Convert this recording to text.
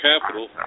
capital